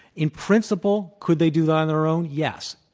in principle, could they do that on their own? yes.